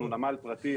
אנחנו נמל פרטי,